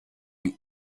die